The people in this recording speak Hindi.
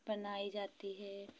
बनाई जाती है